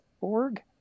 org